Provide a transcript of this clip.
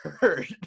hurt